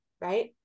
Right